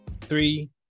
three